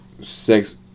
sex